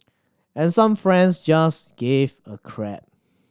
and some friends just give a crap